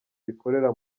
bikorera